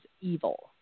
evil